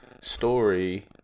story